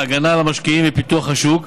ההגנה על המשקיעים ופיתוח השוק.